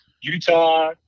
Utah